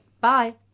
bye